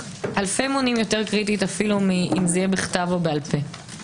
אלפי מונים יותר קריטית מאם זה יהיה בכתב או בעל פה,